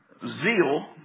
zeal